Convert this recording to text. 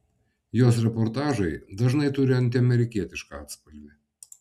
jos reportažai dažnai turi antiamerikietišką atspalvį